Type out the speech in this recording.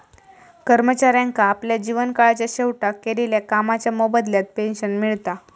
कर्मचाऱ्यांका आपल्या जीवन काळाच्या शेवटाक केलेल्या कामाच्या मोबदल्यात पेंशन मिळता